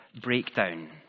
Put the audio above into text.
breakdown